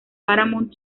paramount